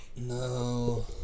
No